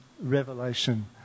revelation